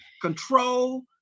control